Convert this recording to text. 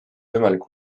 võimalik